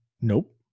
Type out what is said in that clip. Nope